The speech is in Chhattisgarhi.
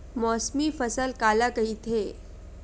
मौसमी फसल काला कइथे?